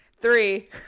Three